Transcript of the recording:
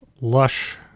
lush